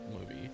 movie